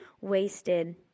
wasted